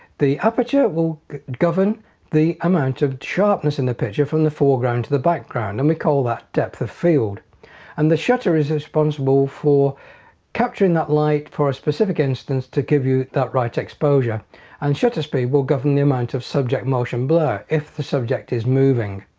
the aperture will govern the amount of sharpness in the picture from the foreground to the background and we call that depth of field and the shutter is responsible for capturing that light for a specific instance to give you that right exposure and shutter speed will govern the amount of subject motion blur if the subject is moving.